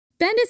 Bendis